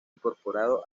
incorporado